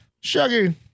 Shaggy